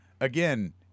Again